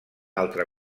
altra